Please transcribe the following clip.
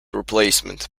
replacement